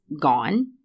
gone